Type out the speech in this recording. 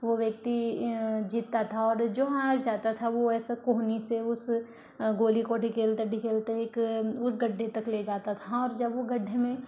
वो व्यक्ति जीतता था और जो हार जाता था वो ऐसा कोहनी से उस गोली को ढकेलते ढकेलते एक उस गड्ढे तक ले जाता था हाँ और जब वो गड्ढे में